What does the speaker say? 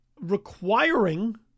requiring